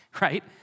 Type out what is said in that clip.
right